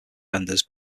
vendors